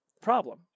problem